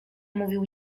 mówił